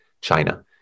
China